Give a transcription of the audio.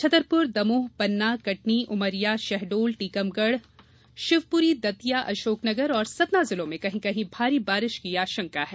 छतरपुर दमोह पन्ना कटनी उमरिया शहडोल टीकमगढ़ शिवपुरी दतिया अशोकनगर और सतना जिलों में कहीं कहीं भारी वर्षा की आशंका है